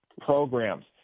programs